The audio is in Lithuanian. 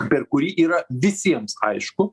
per kurį yra visiems aišku